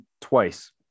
twice